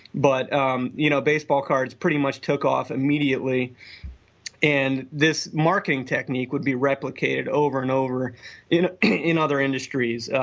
but um you know baseball cards pretty much took off immediately and this marketing technique would be replicated over and over in in other industries.